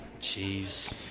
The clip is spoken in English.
Jeez